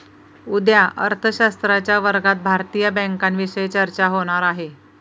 उद्या अर्थशास्त्राच्या वर्गात भारतीय बँकांविषयी चर्चा होणार आहे